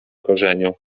korzeniu